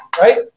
right